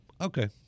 Okay